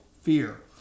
Fear